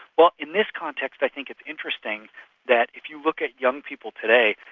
well in this context i think it's interesting that if you look at young people today,